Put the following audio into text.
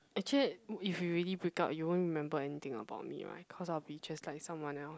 actually if you really break up you won't remember anything about me right cause I'll be just like someone else